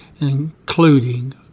including